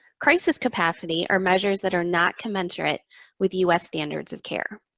crisis capacity are measures that are not commensurate with u s. standards of care.